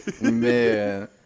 Man